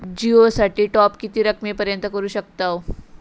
जिओ साठी टॉप किती रकमेपर्यंत करू शकतव?